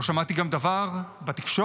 לא שמעתי גם דבר בתקשורת,